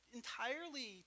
entirely